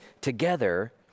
together